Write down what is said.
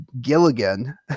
Gilligan